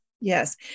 Yes